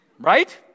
right